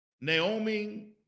Naomi